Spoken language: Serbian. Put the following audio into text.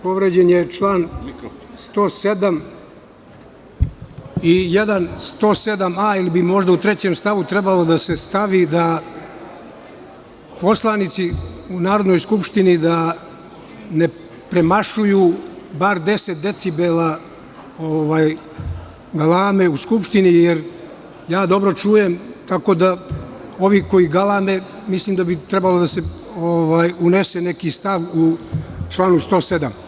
Povređen je član 107. i jedan 107a, ili bi možda u trećem stavu trebalo da se stavi, da poslanici u Narodnoj skupštini ne premašuju bar 10 decibela galame u Skupštini, jer ja dobro čujem, tako da ovi koji galame mislim da bi trebalo da se unese neki stav u članu 107.